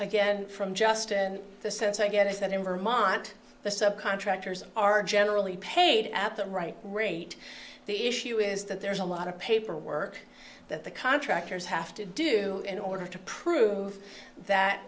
again from just in the sense i get is that in vermont the subcontractors are generally paid at the right rate the issue is that there's a lot of paperwork that the contractors have to do in order to prove that